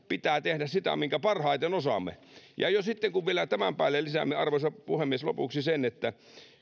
pitää tehdä sitä minkä parhaiten osaamme ja jo sitten kun vielä tämän päälle lisäämme arvoisa puhemies lopuksi sen että